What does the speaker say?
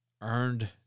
earned